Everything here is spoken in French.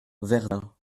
verdun